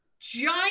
giant